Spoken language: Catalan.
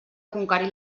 conquerir